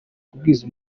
kubwiza